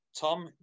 Tom